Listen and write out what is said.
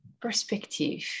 perspective